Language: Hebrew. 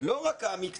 לא רק המקצועי,